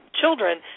children